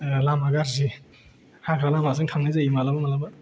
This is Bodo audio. लामा गाज्रि हाग्रा लामाजों थांनाय जायो माब्लाबा माब्लाबा